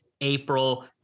april